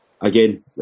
Again